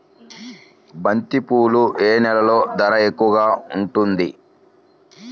బంతిపూలు ఏ నెలలో ధర ఎక్కువగా ఉంటుంది?